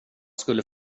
skulle